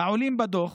"העולים בדוח,